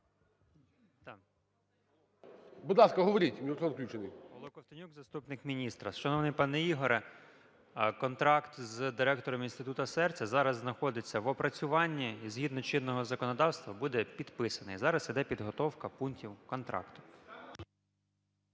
Будь ласка, говоріть. Мікрофон включений. 11:01:29 КОВТОНЮК П.А. Павло Ковтонюк, заступник міністра. Шановний пане Ігоре, контракт з директором Інституту серця зараз знаходиться в опрацюванні і згідно чинного законодавства буде підписаний. Зараз іде підготовка пунктів контракту.